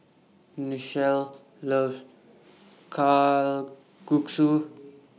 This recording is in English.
Nichelle loves Kalguksu